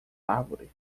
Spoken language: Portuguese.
árvore